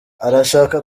arashaka